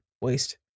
Waste